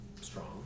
strong